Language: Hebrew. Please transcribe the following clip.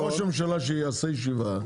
ראש הממשלה, שיעשה ישיבה.